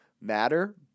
matter